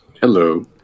hello